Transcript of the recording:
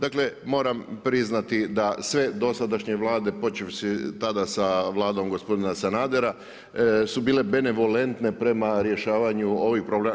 Dakle, moram priznati, da sve dosadašnje vlade, počevši tada sa Vladom gospodina Sanadera su bile benevolentne prema rješavanju ovih problema.